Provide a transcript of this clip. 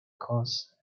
cause